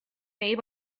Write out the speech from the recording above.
made